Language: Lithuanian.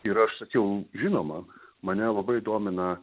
ir aš sakiau žinoma mane labai domina